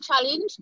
challenge